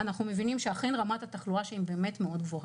אנחנו מבינים שאכן רמת התחלואה שלהם באמת מאוד גבוהה.